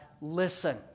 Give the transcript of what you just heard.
listen